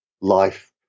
life